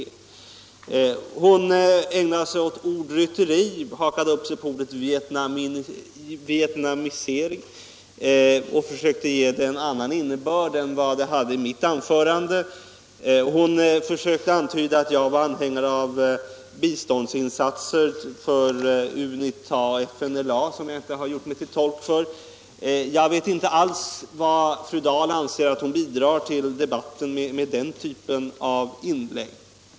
Fru Dahl ägnade sig åt ordrytteri och hakade bl.a. upp sig på ordet ”vietnamisering”, som hon gav en annan innebörd än vad det hade i mitt anförande. Hon försökte vidare antyda att jag var anhängare av biståndsinsatser för UNITA-FNLA, som jag inte alls gjort mig till talesman för. Jag vet inte vilket slags bidrag fru Dahl menar att hon ger till debatten med den typen av inlägg.